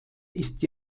ist